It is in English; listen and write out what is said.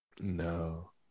no